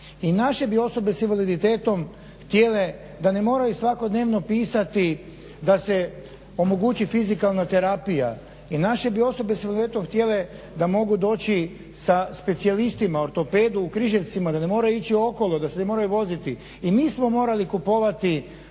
I naše bi osobe s invaliditetom htjele da ne moraju svakodnevno pisati da se omogući fizikalna terapija, i naše bi osobe s invaliditetom htjele da mogu doći sa specijalistima ortopedu u Križevcima, da ne moraju ići okolo, da se ne moraju voziti. I mi moramo kupovati